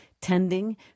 tending